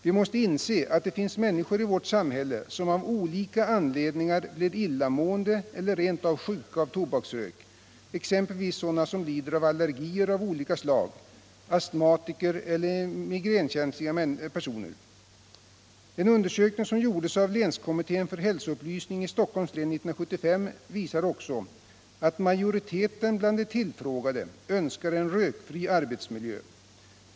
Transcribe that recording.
Vi måste inse att det finns människor i vårt samhälle som av olika anledningar blir illamående eller rent av sjuka av tobaksrök, exempelvis personer som lider av allergier av olika slag, astmatiker eller migränkänsliga personer. En undersökning som år 1975 gjordes av Länskommittén för hälsoupplysning visar också att majoriteten bland de tillfrågade önskar en rökfri arbetsmiljö.